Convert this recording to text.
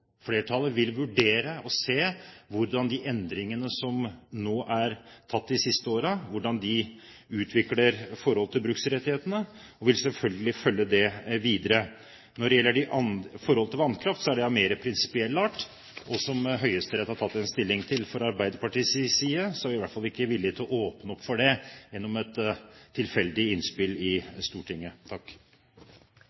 flertallet vil vurdere og se hvordan de endringene som er gjort de siste årene, utvikler seg i forhold til bruksrettighetene, og vil selvfølgelig følge det videre. Når det gjelder forholdet til vannkraft, er det av mer prinsipiell art, og som Høyesterett har tatt stilling til. Fra Arbeiderpartiets side er vi i hvert fall ikke villig til å åpne opp for det gjennom et tilfeldig innspill i